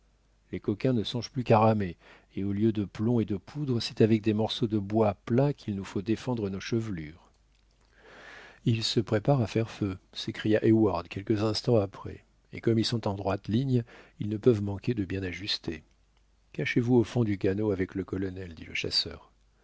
les coquins ne songent plus qu'à ramer et au lieu de plomb et de poudre c'est avec des morceaux de bois plats qu'il nous faut défendre nos chevelures ils se préparent à faire feu s'écria heyward quelques instants après et comme ils sont en droite ligne ils ne peuvent manquer de bien ajuster cachez-vous au fond du canot avec le colonel dit le chasseur